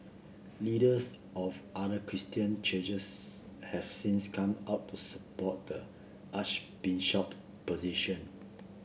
leaders of other Christian churches have since come out to support the Archbishop's position